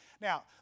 Now